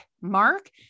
mark